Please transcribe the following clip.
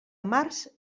març